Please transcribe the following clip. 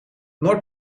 noord